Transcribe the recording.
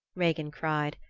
regin cried,